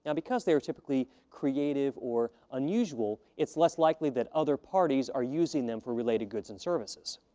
and because they are typically creative or unusual, it's less likely that other parties are using them for related goods and services.